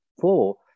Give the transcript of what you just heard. four